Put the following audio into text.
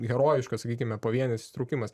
herojiškas sakykime pavienis įsitraukimas